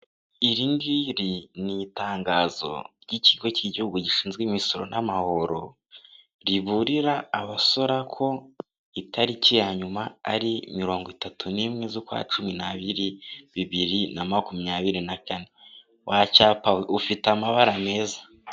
Iri ngiri ni itangazo ry'Ikigo cy'Igihugu gishinzwe Imisoro n'amahoro , riburira abasora ko itariki ya nyuma ari mirongo itatu n'imwe z'ukwa Cumi n'abiri, bibiri na makumyabiri na kane. Wa cyapa we ufite amabara meza!